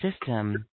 system